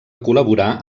col·laborar